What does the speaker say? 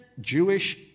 Jewish